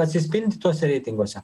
atsispindi tuose reitinguose